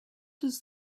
does